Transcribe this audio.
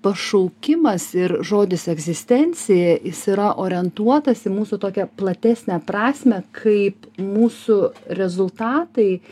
pašaukimas ir žodis egzistencija jis yra orientuotas į mūsų tokią platesnę prasmę kaip mūsų rezultatai